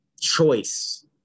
choice